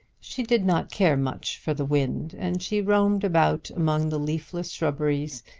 she did not care much for the wind and she roamed about among the leafless shrubberies,